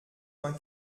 vingt